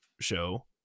show